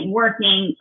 working